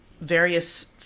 various